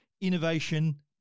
innovation